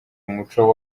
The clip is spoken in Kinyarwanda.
umuco